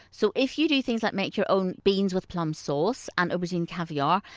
so if you do things like make your own beans with plum sauce and aubergine caviar,